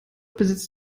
besitzt